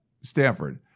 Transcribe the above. Stanford